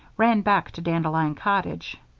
ran back to dandelion cottage.